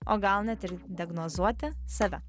o gal net ir diagnozuoti save